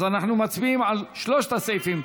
אז אנחנו מצביעים על שלושת הסעיפים,